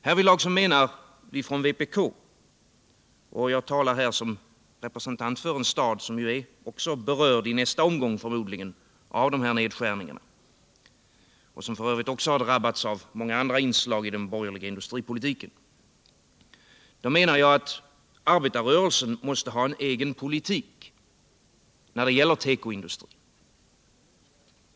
Härvidlag menar vi från vpk — jag talar som representant för en stad som förmodligen i nästa omgång berörs av dessa nedskärningar, och som f. ö. drabbats av många andra inslag i den borgerliga industripolitiken — att arbetarrörelsen måste ha en egen politik när det gäller tekoindustrin.